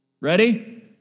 Ready